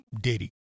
Diddy